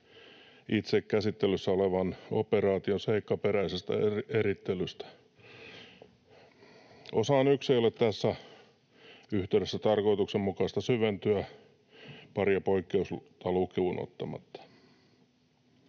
itse käsittelyssä olevan operaation seikkaperäisestä erittelystä. Osaan 1 ei ole tässä yhteydessä tarkoituksenmukaista syventyä paria poikkeusta lukuun ottamatta.